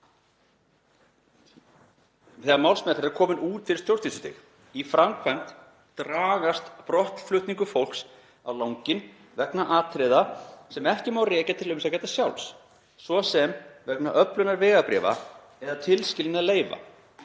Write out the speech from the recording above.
þegar málsmeðferð er komin út fyrir stjórnsýslustig. Í framkvæmd dragast brottflutningar fólks á langinn vegna atriða sem ekki má rekja til umsækjanda sjálfs, svo sem vegna öflunar vegabréfa eða tilskilinna leyfa.